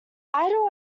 idle